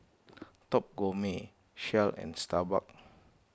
Top Gourmet Shell and Starbucks